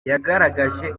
yagaragaje